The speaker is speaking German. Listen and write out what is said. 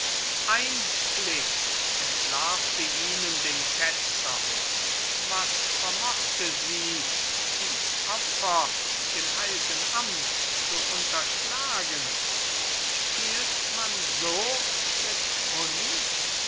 ein blick entlarvte ihnen den ketzer was vermochte sie dies opfer dem heilgen amt zu unterschlagen spielt man so mit uns